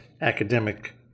academic